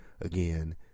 again